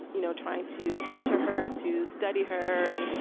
you know, trying to capture her, to study her and,